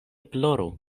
ploru